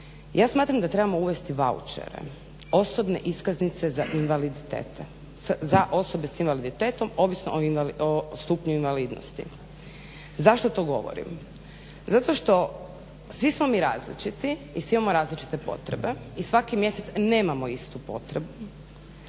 ja smatram da trebamo uvesti vaučere, osobne iskaznice za osobe s invaliditetom ovisno o stupnju invalidnosti. Zašto to govorim? Zato što svi smo mi različiti i svi imamo različite potrebe i svaki mjesec nemamo istu potrebu,